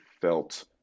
felt